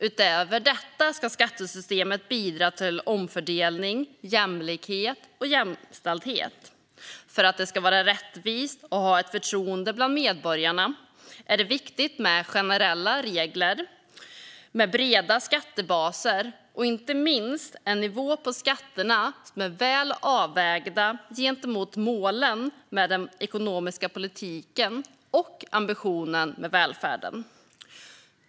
Utöver detta ska skattesystemet bidra till omfördelning, jämlikhet och jämställdhet. För att det ska vara rättvist och ha förtroende bland medborgarna är det viktigt med generella regler med breda skattebaser och inte minst en nivå på skatterna som är väl avvägd gentemot målen med den ekonomiska politiken och ambitionen med välfärden.